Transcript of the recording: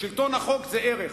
שלטון החוק זה ערך.